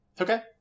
Okay